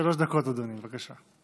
שלוש דקות, אדוני, בבקשה.